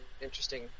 interesting